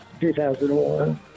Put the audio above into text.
2001